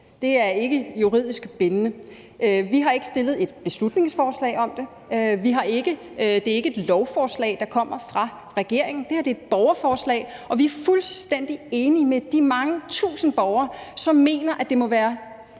det er ikke juridisk bindende. Vi har ikke fremsat et beslutningsforslag om det, og det er ikke et lovforslag, der kommer fra regeringen. Det her er et borgerforslag, og vi er fuldstændig enige med de mange tusind borgere, som mener, at det må være